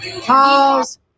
Pause